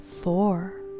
Four